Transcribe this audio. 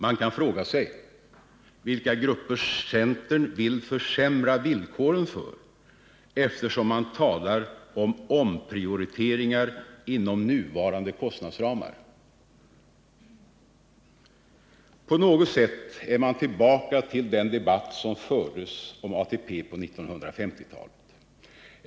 Man kan fråga sig vilka grupper centern vill försämra villkoren för, eftersom man talar om ”omprioriteringar inom nuvarande kostnadsramar”. På något sätt är man tillbaka till den debatt som fördes om ATP på 1950-talet.